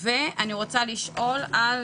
אני רוצה לשאול על